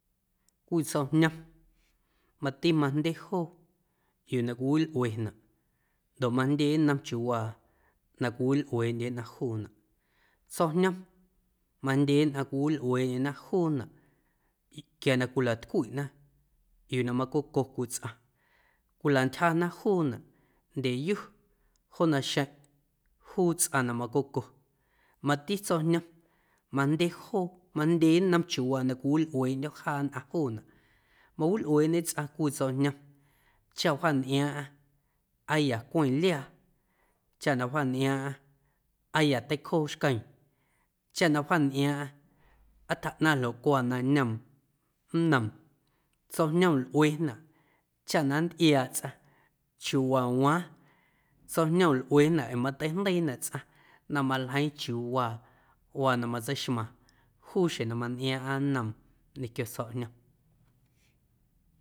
Cwii tsjo̱ꞌjñom mati majndye joo yuu na cwiwilꞌuenaꞌ ndoꞌ majndye nnom chiuuwaa cwiwilꞌueeꞌndye nnꞌaⁿ juunaꞌ, tsjo̱ꞌjñom majndye nnꞌaⁿ cwiwilꞌueeꞌndyena juunaꞌ quia na cwilatcwiꞌnaꞌ yuu na macoco cwii tsꞌaⁿ cwilantyjana juunaꞌ ndyeꞌyu joo naxeⁿꞌ juu tsꞌaⁿ na macoco mati tsjo̱ꞌjñom majndye joo majndye chiuuwaa nnom na cwiwilꞌueeꞌndyo̱ jaa nnꞌaⁿ juunaꞌ. Mawilꞌueeꞌñe tsꞌaⁿ cwii tsjo̱ꞌjñom cha wjaantꞌiaaⁿꞌaⁿ aa ya cweⁿ liaa chꞌa na wjaantꞌiaaⁿꞌaⁿ aa teicjoo xqueeⁿ chaꞌ na wjaantꞌiaaⁿꞌaⁿ aa tjaꞌnaⁿ na cuaaⁿ na ñoom nnoom, tsjo̱ꞌjñom lꞌuenaꞌ chaꞌ na nntꞌiaaꞌ tsꞌaⁿ chiuuwaa waaⁿ, tsjo̱ꞌjñom lꞌuenaꞌ ee na mateijndeiinaꞌ tsꞌaⁿ na maljeiiⁿ chiuuwaa waa na matseixmaaⁿ juu xjeⁿ na mantꞌiaaⁿꞌaⁿ nnom ñequio tsjo̱ꞌjñom.